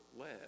led